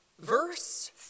verse